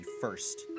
first